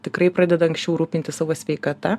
tikrai pradeda anksčiau rūpintis savo sveikata